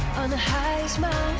on the highest